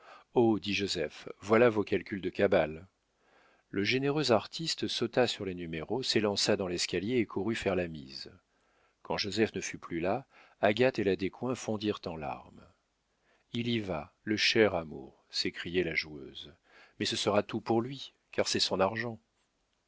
dit joseph voilà vos calculs de cabale le généreux artiste sauta sur les numéros s'élança dans l'escalier et courut faire la mise quand joseph ne fut plus là agathe et la descoings fondirent en larmes il y va le cher amour s'écriait la joueuse mais ce sera tout pour lui car c'est son argent